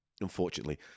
unfortunately